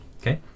Okay